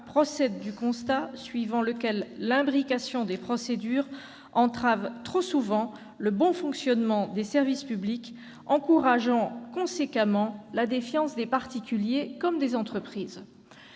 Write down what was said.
procède du constat suivant lequel l'imbrication des procédures entrave trop souvent le bon fonctionnement des services publics, encourageant conséquemment la défiance des particuliers comme des entreprises.